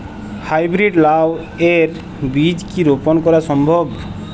High breed লাও এর বীজ কি রোপন করা সম্ভব?